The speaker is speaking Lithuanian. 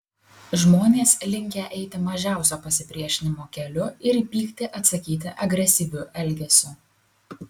žmonės linkę eiti mažiausio pasipriešinimo keliu ir į pyktį atsakyti agresyviu elgesiu